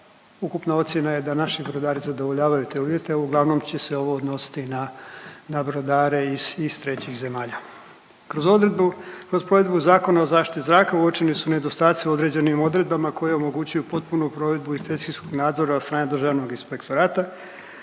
ukupna ocjena je da naši brodari zadovoljavaju te uvjete, uglavnom će se ovo odnositi na, na brodare iz, iz trećih zemalja. Kroz odredbu, kroz provedbu Zakona o zaštiti zraka uočeni su nedostaci u određenim odredbama koje omogućuju potpunu provedbu inspekcijskog nadzora od strane Državnog inspektorata